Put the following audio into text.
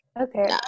Okay